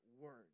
word